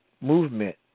Movement